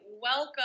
welcome